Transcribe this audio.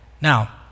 Now